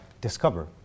discover